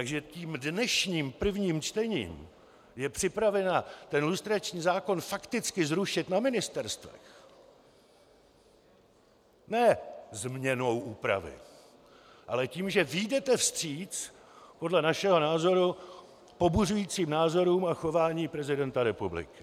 je tím dnešním prvním čtením připravena lustrační zákona fakticky zrušit na ministerstvech ne změnou úpravy, ale tím, že vyjdete vstříc podle našeho názoru pobuřujícím názorům a chování prezidenta republiky.